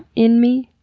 in me.